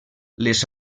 les